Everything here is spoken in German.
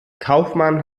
kaufmann